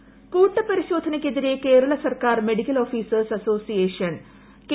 A കൂട്ടപ്പരിശോധനയ്ക്കെതിരെ കേരള സർക്കാർ medical officers association K